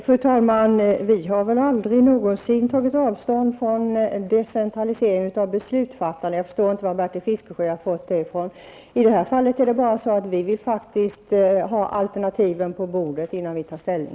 Fru talman! Vi har väl aldrig någonsin tagit avstånd från decentralisering av beslutsfattande. Jag förstår inte var Bertil Fiskesjö har fått det ifrån. Det är bara så att vi i det här fallet vill ha alternativen på bordet innan vi tar ställning.